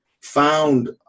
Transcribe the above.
found